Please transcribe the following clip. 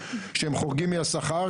שהם חורגים מהשכר,